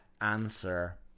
answer